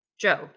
Joe